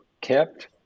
kept